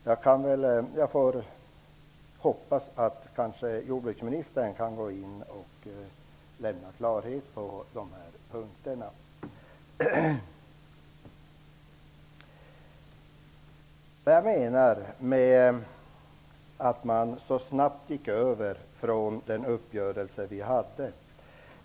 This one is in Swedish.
Jag hoppas att jordbruksministern kan gå in och skapa klarhet på de punkterna. Så några ord om vad jag menar med att man så snabbt gick över från den uppgörelse vi hade.